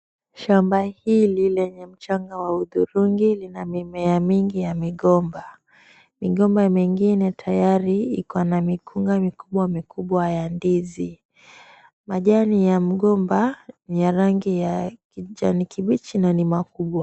Shamba hii lenye mchanga wa hudhurungi lina mimea mingi ya migomba. Migomba mengine tayari iko na mikunga mikubwa ya ndizi . Majani ya mgomba ni ya rangi ya kijani kibichi na ni makubwa.